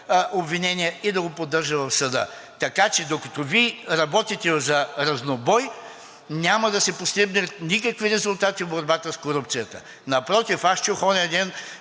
обвинение и да го поддържа в съда. Така че, докато Вие работите за разнобой, няма да се постигнат никакви резултати в борбата с корупцията. Напротив, аз чух оня ден,